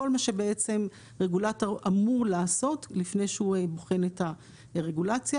כל מה שבעצם רגולטור אמור לעשות לפני שהוא בוחן את הרגולציה.